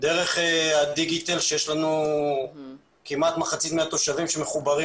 דרך הדיגיטל כאשר כמעט מחצית מהתושבים מחוברים